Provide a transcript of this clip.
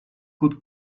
could